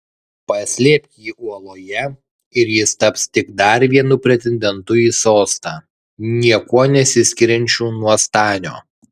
paslėpk jį uoloje ir jis taps tik dar vienu pretendentu į sostą niekuo nesiskiriančiu nuo stanio